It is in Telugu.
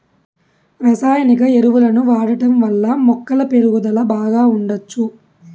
రసాయనిక ఎరువులను వాడటం వల్ల మొక్కల పెరుగుదల బాగా ఉండచ్చు